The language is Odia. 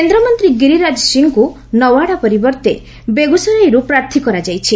କେନ୍ଦ୍ରମନ୍ତ୍ରୀ ଗିରିରାଜ ସିଂଙ୍କୁ ନୱାଡ଼ା ପରିବର୍ଭେ ବେଗୁସରାଇରୁ ପ୍ରାର୍ଥୀ କରାଯାଇଛି